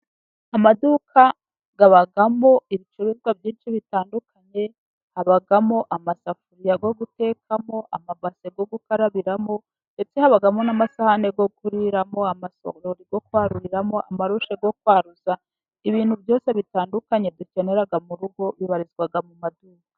Amaduka abamo ibicuruzwa byinshi bitandukanye; habamo amasafuriya yo gutekamo, amabase yo gukarabiramo, ndetse habamo n’amasahani yo kuriramo, amasorori yo kwaruriramo, amarushe yo kwaruza. Ibintu byose bitandukanye dukenera mu rugo bibarizwa mu maduka.